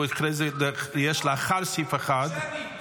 יש לאחר סעיף 1 --- שמית.